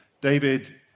David